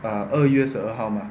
err 二月十二号吗